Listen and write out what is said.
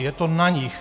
Je to na nich.